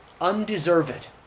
undeserved